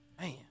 Man